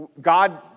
God